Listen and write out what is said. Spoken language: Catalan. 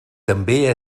també